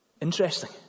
Interesting